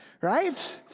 right